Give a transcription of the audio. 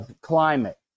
climate